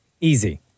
easy